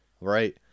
Right